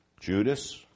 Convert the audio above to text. Judas